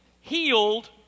healed